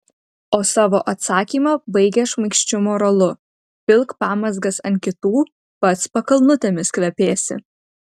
o savo atsakymą baigia šmaikščiu moralu pilk pamazgas ant kitų pats pakalnutėmis kvepėsi